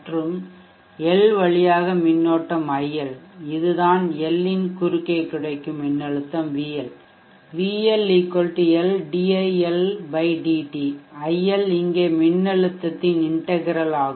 மற்றும் எல் வழியாக மின்னோட்டம் IL இதுதான் L இன் குறுக்கே கிடைக்கும் மின்னழுத்தம் VL VL L d iL dt IL இங்கே மின்னழுத்தத்தின் இன்டெக்ரல் ஆகும்